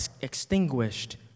extinguished